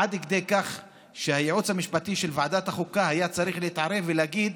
עד כדי כך שהייעוץ המשפטי של ועדת החוקה היה צריך להתערב ולהגיד: